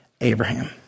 Abraham